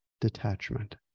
detachment